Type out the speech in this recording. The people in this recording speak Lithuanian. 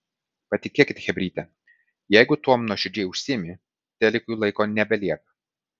patikėkit chebryte jeigu tuom nuoširdžiai užsiimi telikui laiko nebelieka